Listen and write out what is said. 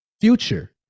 future